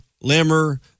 Limmer